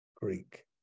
Greek